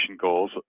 goals